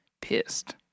Pissed